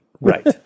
right